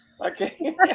Okay